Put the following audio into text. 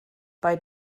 bei